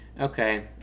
Okay